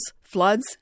floods